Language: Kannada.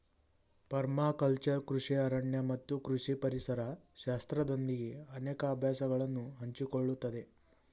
ಪರ್ಮಾಕಲ್ಚರ್ ಕೃಷಿ ಅರಣ್ಯ ಮತ್ತು ಕೃಷಿ ಪರಿಸರ ಶಾಸ್ತ್ರದೊಂದಿಗೆ ಅನೇಕ ಅಭ್ಯಾಸಗಳನ್ನು ಹಂಚಿಕೊಳ್ಳುತ್ತದೆ